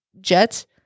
jets